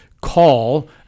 call